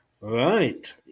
right